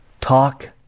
Talk